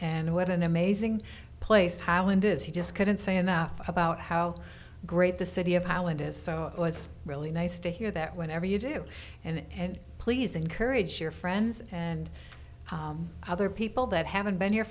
and what an amazing place hyland is you just couldn't say enough about how great the city of highland is so it was really nice to hear that whenever you do and please encourage your friends and other people that haven't been here